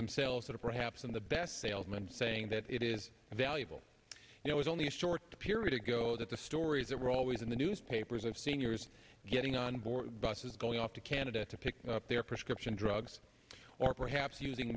themselves that are perhaps in the best salesman saying that it is valuable it was only a short period ago that the stories that were always in the newspapers and seniors getting on board buses going off to canada to pick up their prescription drugs or perhaps using